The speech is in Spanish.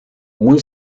muy